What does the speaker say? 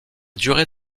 durée